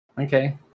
Okay